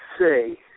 say